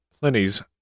Pliny's